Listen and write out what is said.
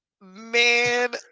Man